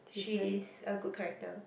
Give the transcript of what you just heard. she is a good character